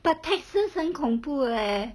but texas 很恐怖 leh